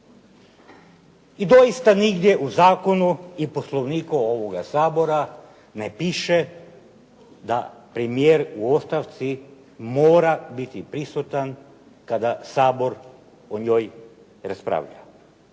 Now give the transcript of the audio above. I doista nigdje u zakonu i Poslovniku ovoga Sabora ne piše da premijer u ostavci mora biti prisutan kada Sabor o njoj raspravlja.